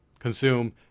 Consume